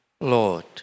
Lord